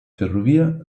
ferrovia